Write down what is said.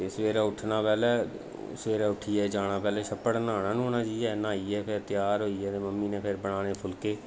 ते सवेरे उट्ठना पैह्लें सवेरे उट्ठियै जाना पैह्लें छप्पड़ न्हाना न्हूना जाइयै न्हाइयै फ्ही त्यार होइयै ते मम्मी नै फ्ही बनाने फुलके